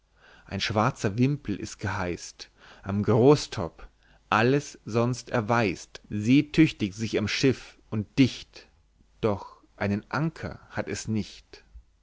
ein schwarzer wimpel ist geheißt am großtopp alles sonst erweist seetüchtig sich am schiff und dicht doch einen anker hat es nicht